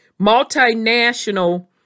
multinational